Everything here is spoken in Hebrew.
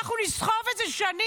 אנחנו נסחב את זה שנים.